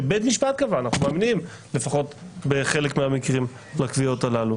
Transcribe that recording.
אנחנו מאמינים לפחות בחלק מהמקרים לקביעות הללו.